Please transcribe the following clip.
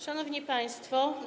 Szanowni Państwo!